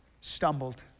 stumbled